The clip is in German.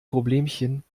problemchen